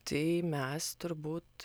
tai mes turbūt